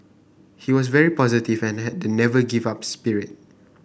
he was very positive and had the 'never give up' spirit